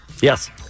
Yes